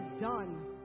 done